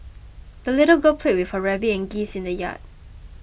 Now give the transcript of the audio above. the little girl played with her rabbit and geese in the yard